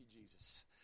Jesus